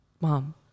Mom